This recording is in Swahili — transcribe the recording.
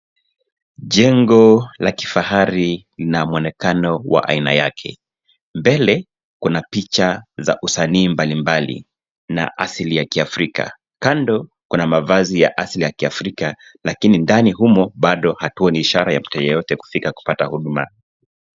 Jengo la kifahari lina mwonekano wa aina yake. Mbele kuna picha za usanii mbalimbali na asili ya kiafrika. Kando kuna mavazi ya asili ya kiafrika lakini ndani humo bado hatuoni ishara ya yeyote kufika kupata huduma.